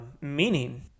meaning